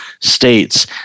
states